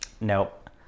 Nope